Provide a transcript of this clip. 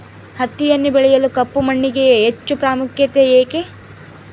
ಹತ್ತಿಯನ್ನು ಬೆಳೆಯಲು ಕಪ್ಪು ಮಣ್ಣಿಗೆ ಹೆಚ್ಚು ಪ್ರಾಮುಖ್ಯತೆ ಏಕೆ?